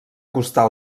costar